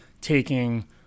taking